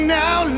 now